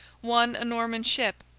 one a norman ship,